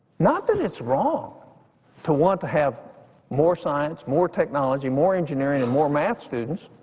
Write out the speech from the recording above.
not that it's wrong to want to have more science, more technology, more engineers and more math students.